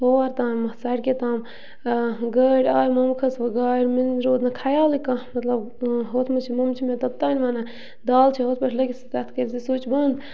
ہور تامَتھ سَڑکہِ تام گٲڑۍ آے مُمہٕ کھٔژ وۄنۍ گاڑِ منٛز مےٚ روٗد نہٕ خَیالٕے کانٛہہ مطلب ہُتھ منٛز چھِ مُمہٕ چھِ مےٚ توٚتام وَنان دال چھےٚ ہُتھ پٲٹھۍ لٲگِتھ سُہ تَتھ کٔرۍزِ سُچ بَنٛد